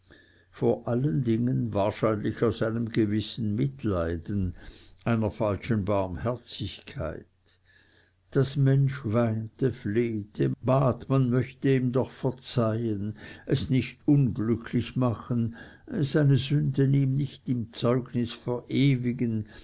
vor allen dingen wahrscheinlich aus einem gewissen mitleiden einer falschen barmherzigkeit das mensch weinte flehte bat man möchte ihm doch verzeihn es nicht unglücklich machen seine sünden ihm nicht im zeugnis verewigen